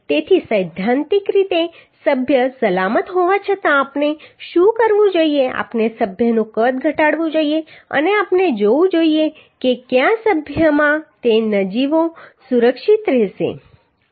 તેથી સૈદ્ધાંતિક રીતે સભ્ય સલામત હોવા છતાં આપણે શું કરવું જોઈએ આપણે સભ્યનું કદ ઘટાડવું જોઈએ અને આપણે જોવું જોઈએ કે કયા સભ્યમાં તે નજીવો સુરક્ષિત રહેશે